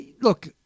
Look